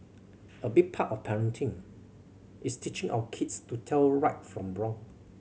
a big part of parenting is teaching our kids to tell right from wrong